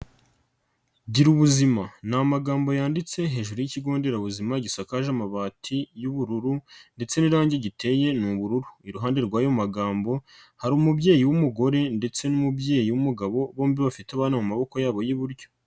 Girubuzima ni amagambo yanditse hejuru y'ikigo nderabuzima gisakaje amabati y'ubururu ndetse n'irangi giteye ni ubururu, iruhande rw'ayo magambo hari umubyeyi w'umugore ndetse n'umubyeyi w'umugabo, bombi bafite abana mu maboko yabo y'iburyo.